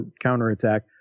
counterattack